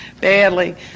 badly